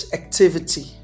activity